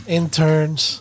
Interns